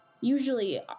usually